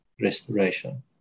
restoration